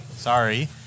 Sorry